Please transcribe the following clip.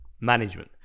management